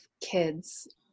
kids